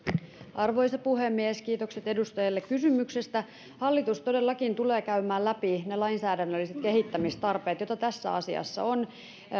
arvoisa puhemies kiitokset edustajalle kysymyksestä hallitus todellakin tulee käymään läpi ne lainsäädännölliset kehittämistarpeet joita tässä asiassa on